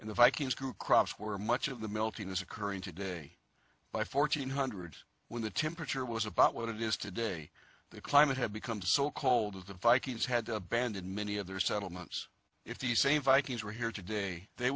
and the vikings grew crops where much of the melting is occurring today by fourteen hundreds when the temperature was about what it is today the climate had become so called of the vikings had to abandon many of their settlements if the same vikings were here today they